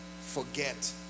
forget